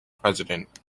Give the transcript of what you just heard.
president